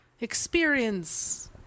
Experience